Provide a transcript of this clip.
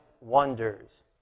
wonders